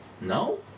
no